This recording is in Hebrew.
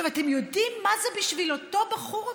אתם יודעים מה זה בשביל אותם בחור או